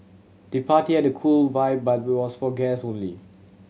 the party had a cool vibe but was for guest only